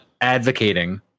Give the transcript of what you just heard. advocating